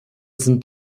sind